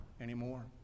anymore